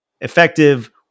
Effective